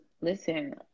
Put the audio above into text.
listen